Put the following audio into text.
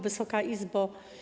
Wysoka Izbo!